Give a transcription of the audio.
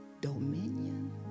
dominion